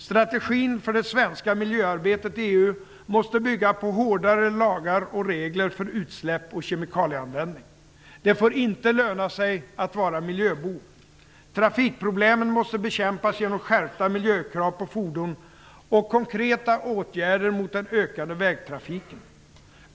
Strategin för det svenska miljöarbetet i EU måste bygga på hårdare lagar och regler för utsläpp och kemikalieanvändning. Det får inte löna sig att vara miljöbov. Trafikproblemen måste bekämpas genom skärpta miljökrav på fordon och konkreta åtgärder mot den ökade vägtrafiken.